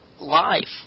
life